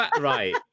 right